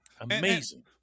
Amazing